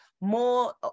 more